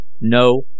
No